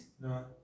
No